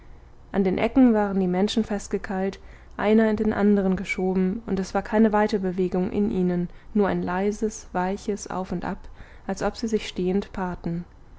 an den ecken waren die menschen festgekeilt einer in den andern geschoben und es war keine weiterbewegung in ihnen nur ein leises weiches auf und ab als ob sie sich stehend paarten